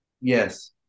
Yes